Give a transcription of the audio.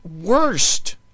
Worst